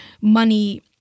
money